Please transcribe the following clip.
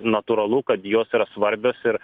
natūralu kad jos yra svarbios ir